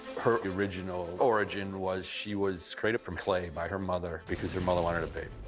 her original origin was she was created from clay by her mother because her mother wanted a baby,